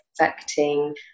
affecting